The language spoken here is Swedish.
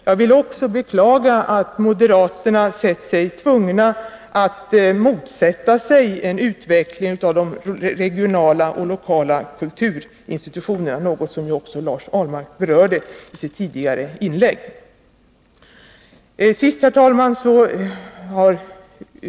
Jag vill också beklaga att moderaterna sett sig tvungna att motsätta sig en utveckling av de regionala och lokala kulturinstitutionerna — något som även Lars Ahlmark berörde i sitt tidigare inlägg.